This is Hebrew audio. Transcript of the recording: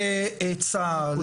לצה"ל,